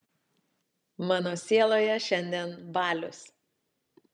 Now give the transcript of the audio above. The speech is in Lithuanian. mano sieloje šiandien balius